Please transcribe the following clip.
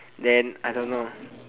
then I don't know